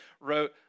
wrote